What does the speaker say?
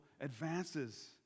advances